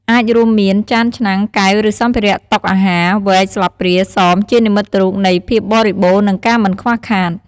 អាចរួមមាន ចាន ឆ្នាំង កែវ ឬសម្ភារៈតុអាហារ វែក ស្លាបព្រា សម ជានិមិត្តរូបនៃ ភាពបរិបូរណ៍ និង ការមិនខ្វះខាត។